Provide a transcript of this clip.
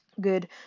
good